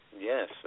Yes